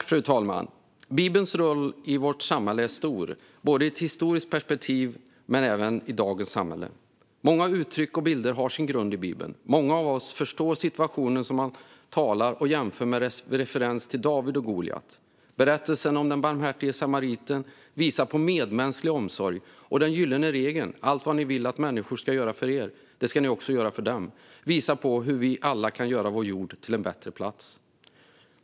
Fru talman! Bibelns roll i vårt samhälle är stor, både i ett historiskt perspektiv och i det samhälle vi i dag lever i. Många uttryck och bilder har sin grund i Bibeln. Många av oss förstår situationen om man talar och jämför med referens till David och Goljat. Berättelsen om den barmhärtiga samariten visar på medmänsklig omsorg, och den gyllene regeln - "Allt vad ni vill att människorna skall göra för er, det skall ni också göra för dem." - visar på hur vi alla kan göra vår jord till en bättre plats.